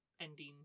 ending